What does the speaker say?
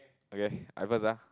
okay I first ah